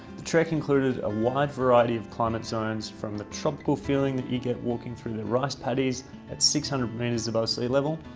the trek included a wide variety of climate zones from the tropical feeling you get walking through rice paddies at six hundred metres above sea level,